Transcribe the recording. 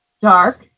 dark